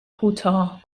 کوتاه